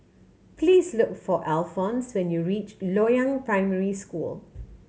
please look for Alphons when you reach Loyang Primary School